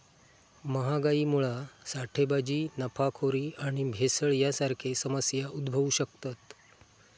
महागाईमुळा साठेबाजी, नफाखोरी आणि भेसळ यांसारखे समस्या उद्भवु शकतत